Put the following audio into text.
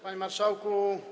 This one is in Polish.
Panie Marszałku!